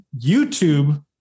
YouTube